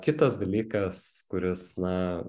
kitas dalykas kuris na